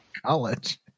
College